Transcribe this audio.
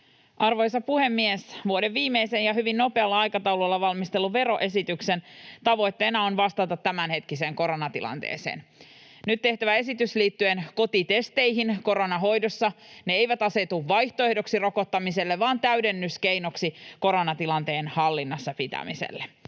Arvoisa puhemies! Vuoden viimeisen ja hyvin nopealla aikataululla valmistellun veroesityksen tavoitteena on vastata tämänhetkiseen koronatilanteeseen. Nyt tehtävässä esityksessä kotitestit koronan hoidossa eivät asetu vaihtoehdoksi rokottamiselle vaan täydennyskeinoksi koronatilanteen hallinnassa pitämiselle.